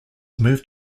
moved